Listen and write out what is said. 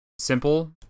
Simple